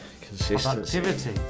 Consistency